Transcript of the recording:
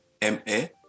M-A